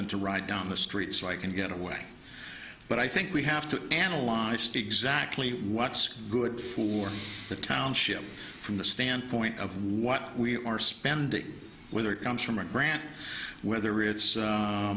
to write down the street so i can get away but i think we have to analyze ice t exactly what's good for the township from the standpoint of what we are spending whether it comes from a grant whether